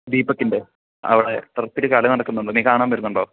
ദീപക്കിൻറ്റെ അവിടെ ടർഫിൽ കളി നടക്കുന്നുണ്ട് നീ കാണാൻ വരുന്നുണ്ടോ